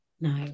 no